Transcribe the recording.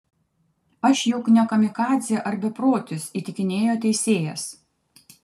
aš juk ne kamikadzė ar beprotis įtikinėjo teisėjas